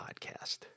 podcast